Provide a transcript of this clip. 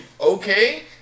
okay